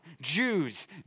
Jews